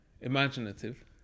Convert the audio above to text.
Imaginative